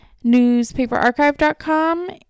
newspaperarchive.com